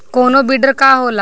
कोनो बिडर का होला?